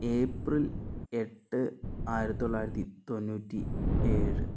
April എട്ട് ആയിരത്തി തൊള്ളായിരത്തി തൊണ്ണൂറ്റി ഏഴ്